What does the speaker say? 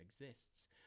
exists